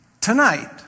tonight